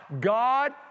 God